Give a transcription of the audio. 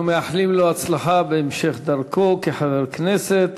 אנחנו מאחלים לו הצלחה בהמשך דרכו כחבר כנסת.